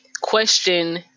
question